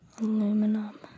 aluminum